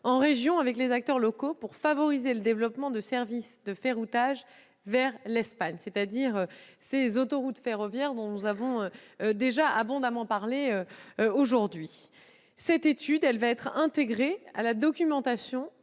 en région, avec les acteurs locaux, pour favoriser le développement de services de ferroutage vers l'Espagne, les fameuses « autoroutes ferroviaires », dont nous avons déjà abondamment parlé aujourd'hui. Cette étude sera intégrée à la documentation